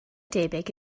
debyg